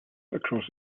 across